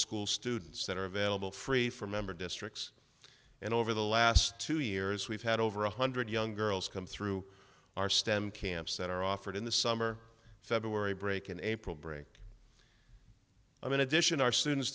school students that are available free from member districts and over the last two years we've had over one hundred young girls come through our stem camps that are offered in the summer february break and april break i'm in addition our students